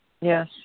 Yes